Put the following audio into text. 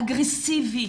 אגרסיבי,